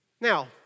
Now